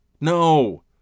No